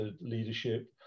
leadership